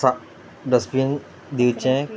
सा डस्टबीन दिवचें